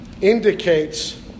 indicates